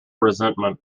resentment